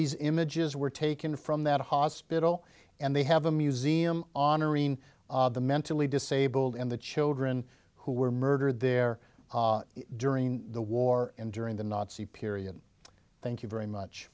these images were taken from that hospital and they have a museum honoring the mentally disabled and the children who were murdered there during the war and during the nazi period thank you very much